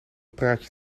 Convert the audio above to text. praatje